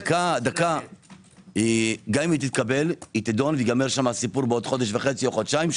גם אם תתקבל היא תידון וייגמר שם הסיפור עוד חודש וחצי או חודשיים.